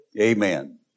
Amen